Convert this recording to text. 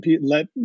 let